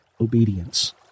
obedience